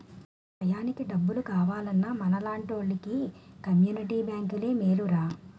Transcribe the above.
టయానికి డబ్బు కావాలన్నా మనలాంటోలికి కమ్మునిటీ బేంకులే మేలురా